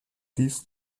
dies